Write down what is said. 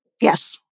yes